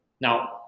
Now